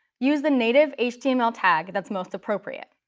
use the native html tag that's most appropriate.